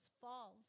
falls